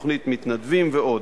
תוכנית מתנדבים ועוד.